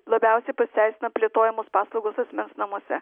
labiausiai pasiteisina plėtojamos paslaugos asmens namuose